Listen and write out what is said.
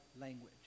language